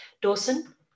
Dawson